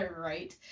Right